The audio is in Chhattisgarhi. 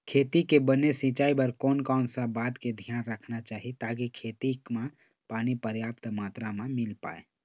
खेती के बने सिचाई बर कोन कौन सा बात के धियान रखना चाही ताकि खेती मा पानी पर्याप्त मात्रा मा मिल पाए?